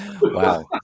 Wow